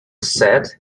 said